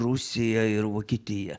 rusija ir vokietija